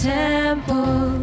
temple